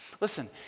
Listen